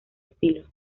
estilo